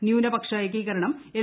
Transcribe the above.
ന്യൂനപക്ഷ ഏകീകരണം എൽ